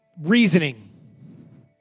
reasoning